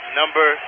number